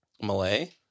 Malay